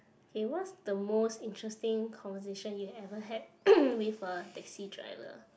eh what's the most interesting conversation you ever had with a taxi driver